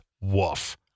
Woof